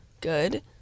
good